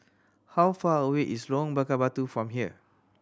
how far away is Lorong Bakar Batu from here